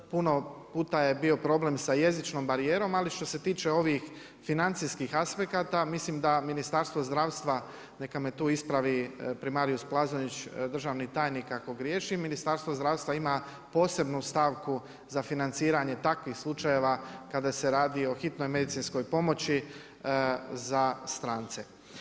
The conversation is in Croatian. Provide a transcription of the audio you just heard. Puno puta je bio problem sa jezičnom barijerom, ali što se tiče ovih financijskih aspekata, mislim da Ministarstva zdravstva neka me tu ispravi primarius Plazonić, državni tajnik ako griješim Ministarstvo zdravstva ima posebnu stavku za financiranje takvih slučajeva kada se radi o hitnoj medicinskoj pomoći za strance.